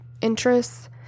interests